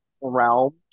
realm